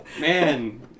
Man